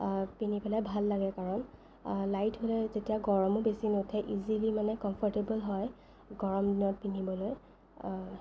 পিন্ধি পেলাই ভাল লাগে কাৰণ লাইট হ'লে তেতিয়া গৰমো বেছি নুঠে ইজিলী মানে কমফৰ্টেবল হয় গৰম দিনত পিন্ধিবলৈ